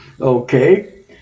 Okay